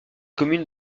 commune